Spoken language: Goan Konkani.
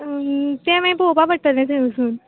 तें मागीर पळोवपा पडटलें थंय वचून